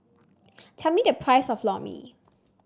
tell me the price of Lor Mee